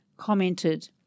commented